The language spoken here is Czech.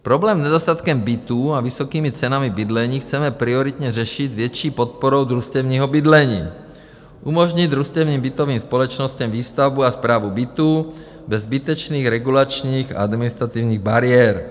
Problém s nedostatkem bytů a vysokými cenami bydlení chceme prioritně řešit větší podporou družstevního bydlení, umožnit družstevním bytovým společnostem výstavbu a správu bytů zbytečných regulačních a administrativních bariér.